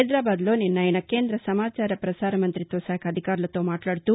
హైదరాబాద్లో నిన్న ఆయన కేంద్ర సమాచార ప్రసార మంతిత్వ శాఖ అధికారులతో మాట్లాడుతూ